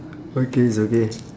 okay it's okay